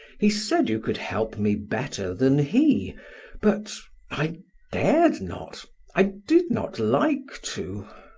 he said you could help me better than he but i dared not i did not like to.